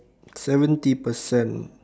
seventy percent